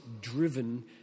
driven